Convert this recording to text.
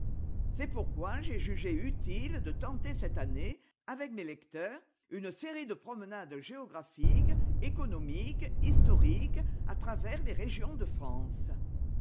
c'est pourquoi j'ai jugé utile de tenter cette année avec mes lecteurs une série de promenades géographiques économiques historiques à travers les régions de france